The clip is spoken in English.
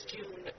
June